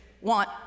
want